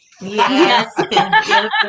Yes